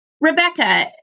Rebecca